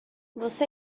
você